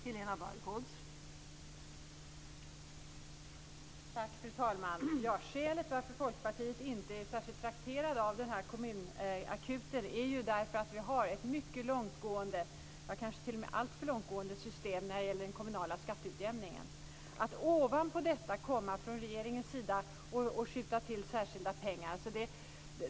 Fru talman! Skälet till att Folkpartiet inte är särskilt trakterat av den nya kommunakuten är att systemet när det gäller den kommunala skatteutjämningen är alltför långtgående. Ovanpå detta skjuter nu regeringen till särskilda pengar.